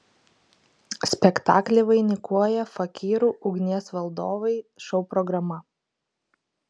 spektaklį vainikuoja fakyrų ugnies valdovai šou programa